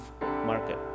market